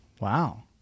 Wow